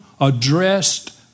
addressed